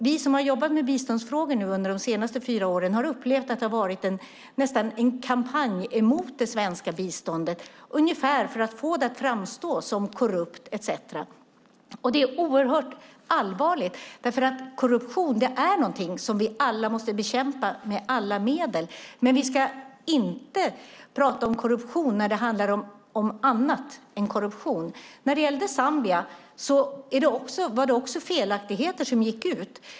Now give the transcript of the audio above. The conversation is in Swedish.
Vi som har jobbat med biståndsfrågor under de senaste fyra åren har upplevt att det nästan har varit en kampanj mot det svenska biståndet ungefär för att få det att framstå som korrupt etcetera. Det är oerhört allvarligt, för korruption är någonting som vi alla måste bekämpa med alla medel, men vi ska inte prata om korruption när det handlar om annat än korruption. När det gällde Zambia var det också felaktigheter som gick ut.